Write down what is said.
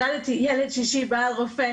הרופא,